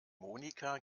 monika